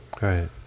right